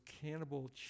cannibal